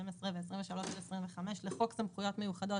12 ו-23 עד 25 לחוק סמכויות מיוחדות